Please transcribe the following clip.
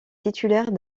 titulaire